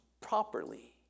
properly